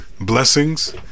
blessings